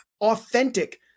authentic